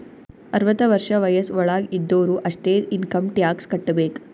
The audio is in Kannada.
ಅರ್ವತ ವರ್ಷ ವಯಸ್ಸ್ ವಳಾಗ್ ಇದ್ದೊರು ಅಷ್ಟೇ ಇನ್ಕಮ್ ಟ್ಯಾಕ್ಸ್ ಕಟ್ಟಬೇಕ್